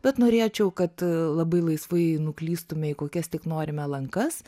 bet norėčiau kad labai laisvai nuklystume į kokias tik norime lankas